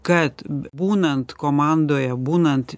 kad b būnant komandoje būnant